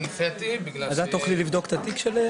אז עכשיו מדינת ישראל תשלם